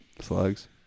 Slugs